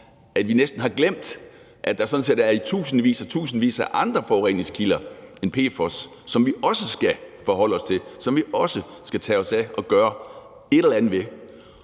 om vi næsten har glemt, at der sådan set er i tusindvis og tusindvis af andre forureningskilder end PFOS, som vi også skal forholde os til, og som vi også skal tage os af og gøre et eller andet ved.